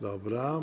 Dobra.